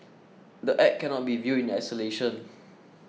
the Act cannot be viewed in isolation